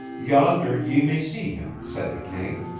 yonder ye may see him, said the king.